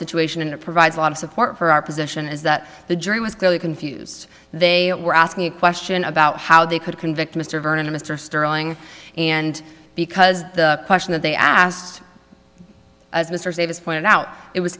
situation and it provides a lot of support for our position is that the jury was clearly confused they were asking a question about how they could convict mr vernon or mr sterling and because the question that they asked as mr davis pointed out it was